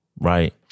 right